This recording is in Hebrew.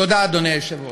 תודה, אדוני היושב-ראש.